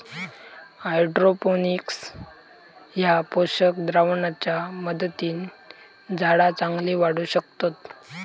hydroponics ह्या पोषक द्रावणाच्या मदतीन झाडा चांगली वाढू शकतत